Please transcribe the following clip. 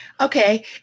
Okay